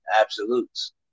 absolutes